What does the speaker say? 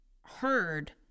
heard